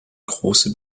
große